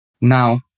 Now